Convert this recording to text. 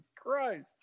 Christ